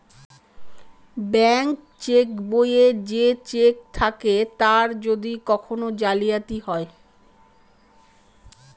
bank cheque বইয়ে যে cheque থাকে তার যদি কখন জালিয়াতি হয়